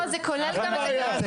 לא, זה כולל גם את הכרטיסים.